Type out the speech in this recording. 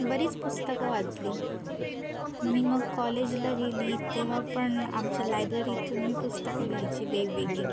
बरीच पुस्तकं वाचली मी मग कॉलेजला गेली तेव्हा पण आमच्या लायब्ररीतून मी पुस्तकं घ्यायची वेगवेगळी